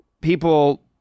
People